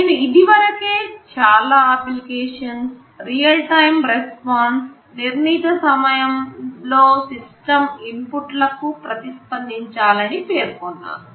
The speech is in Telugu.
నేను ఇదివరకే చాలా అప్లికేషన్స్ రియల్ టైం రెస్పాన్స్ నిర్ణీత సమయంలో సిస్టమ్ ఇన్పుట్ లకు ప్రతి స్పందించాలని పేర్కొన్నాను